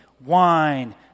wine